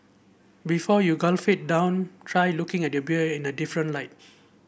before you quaff it down try looking at your beer in a different light